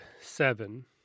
seven